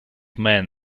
man